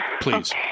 Please